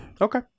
Okay